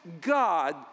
God